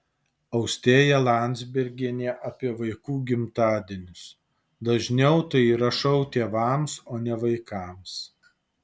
austėja landsbergienė apie vaikų gimtadienius dažniau tai yra šou tėvams o ne vaikams